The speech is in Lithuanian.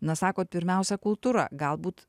na sakot pirmiausia kultūra galbūt